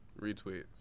Retweet